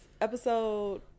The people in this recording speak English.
episode